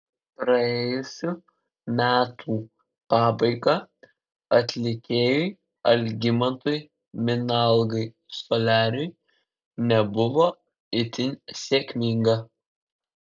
praėjusių metų pabaiga atlikėjui algimantui minalgai soliariui nebuvo itin sėkminga